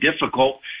difficult